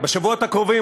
בשבועות הקרובים,